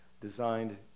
designed